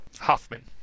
Hoffman